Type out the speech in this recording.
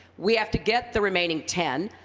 we have to get the remaining ten.